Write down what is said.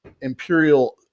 imperial